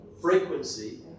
frequency